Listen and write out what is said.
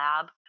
lab